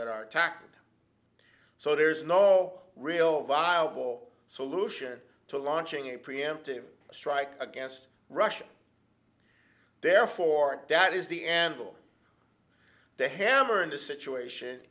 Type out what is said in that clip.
that are attacked so there's no real viable solution to launching a preemptive strike against russia therefore that is the end of the hammer and the situation